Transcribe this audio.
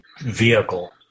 vehicle